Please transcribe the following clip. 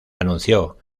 anunció